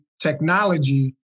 technology